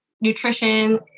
nutrition